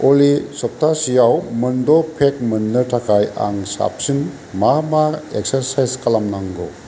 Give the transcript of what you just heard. अलि सब्थासेयाव मोनद' पेक मोननो थाखाय आं साबसिन मा मा एक्सारसायज खालामनांगौ